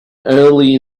early